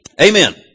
Amen